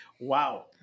Wow